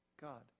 God